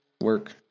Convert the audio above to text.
work